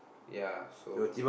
ya so